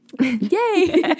Yay